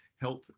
health